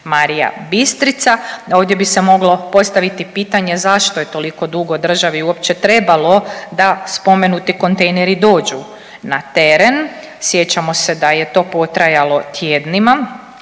Marija Bistrica. Ovdje bi se moglo postaviti pitanje zašto je toliko dugo državi uopće trebalo da spomenuti kontejneri dođu na teren, sjećamo se da je to potrajalo tjednima.